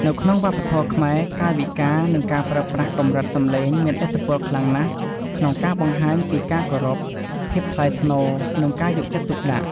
នៅក្នុងវប្បធម៌ខ្មែរ កាយវិការ និងការប្រើប្រាស់កម្រិតសំឡេងមានឥទ្ធិពលខ្លាំងណាស់ក្នុងការបង្ហាញពីការគោរព ភាពថ្លៃថ្នូរ និងការយកចិត្តទុកដាក់។